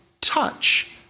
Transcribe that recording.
touch